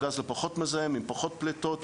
אנחנו עשינו איזשהו אומדן לעלויות הכלכליות,